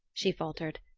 she faltered.